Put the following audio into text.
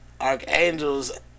archangels